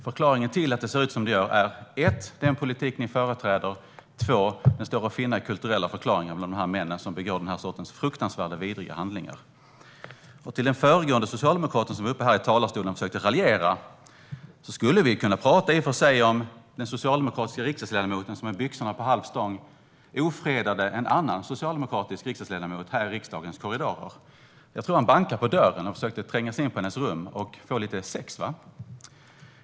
Förklaringen till att det ser ut som det gör är dels den politik ni företräder, dels de kulturella strukturer som finns bland männen som begår den här sortens fruktansvärda och vidriga handlingar. Till den föregående socialdemokraten som var uppe här i talarstolen och försökte raljera vill jag säga att vi i och för sig skulle kunna tala om den socialdemokratiska riksdagsledamoten som med byxorna på halv stång ofredade en annan socialdemokratisk riksdagsledamot här i riksdagens korridorer. Jag tror att han bankade på dörren och försökte tränga sig in på hennes rum och få lite sex.